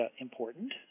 important